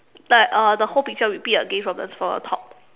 like uh the whole picture repeat again from the from the top